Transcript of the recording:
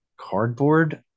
Cardboard